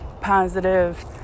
positive